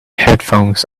headphones